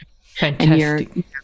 Fantastic